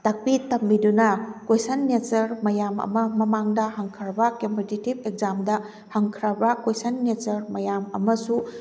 ꯇꯥꯛꯄꯤ ꯇꯝꯕꯤꯗꯨꯅ ꯀꯣꯏꯁꯟ ꯅꯦꯆꯔ ꯃꯌꯥꯝ ꯑꯃ ꯃꯃꯥꯡꯗ ꯍꯪꯈ꯭ꯔꯕ ꯀꯝꯄꯤꯇꯤꯇꯤꯞ ꯑꯦꯛꯖꯥꯝꯗ ꯍꯪꯈ꯭ꯔꯕ ꯀꯣꯏꯁꯟ ꯅꯦꯆꯔ ꯃꯌꯥꯝ ꯑꯃꯁꯨ